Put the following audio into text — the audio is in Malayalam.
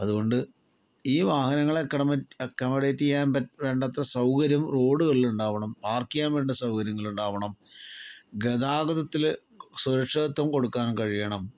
അതുകൊണ്ട് ഈ വാഹനങ്ങളെ അക്കമഡേറ്റ് അക്കമഡേറ്റ് ചെയ്യാൻ വേണ്ടത്ര സൗകര്യം റോഡുകളിലുണ്ടാവണം പാർക്ക് ചെയ്യാൻ വേണ്ട സൗകര്യങ്ങള് ഉണ്ടാവണം ഗതാഗത്തില് സുരക്ഷിതത്വം കൊടുക്കാൻ കഴിയണം